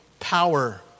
Power